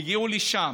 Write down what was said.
הגיעו לשם,